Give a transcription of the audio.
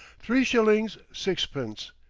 three shillings, six-pence,